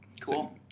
Cool